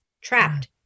trapped